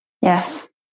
Yes